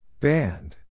Band